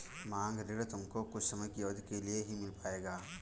मांग ऋण तुमको कुछ समय की अवधी के लिए ही मिल पाएगा